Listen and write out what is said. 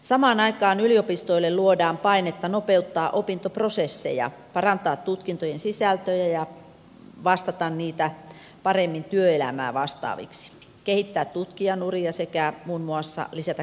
samaan aikaan yliopistoille luodaan painetta nopeuttaa opintoprosesseja parantaa tutkintojen sisältöjä ja muuttaa niitä paremmin työelämää vastaaviksi kehittää tutkijanuria sekä muun muassa lisätä kansainvälisyyttä